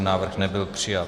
Návrh nebyl přijat.